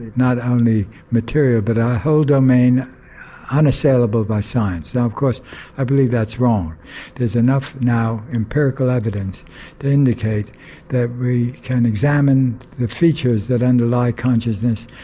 not only material but a whole domain unassailable by science. now of course i believe that's wrong there's enough now empirical evidence to indicate that we can examine the features that underlie consciousness.